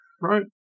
Right